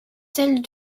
celle